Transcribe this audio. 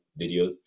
videos